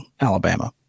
Alabama